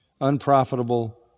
unprofitable